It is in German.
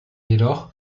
jedoch